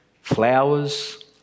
flowers